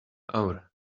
hour